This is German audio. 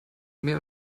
mehr